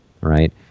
right